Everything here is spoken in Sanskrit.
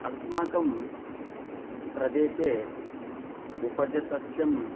अस्माकं प्रदेशे उपजसस्यम्